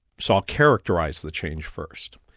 so i'll characterise the change first.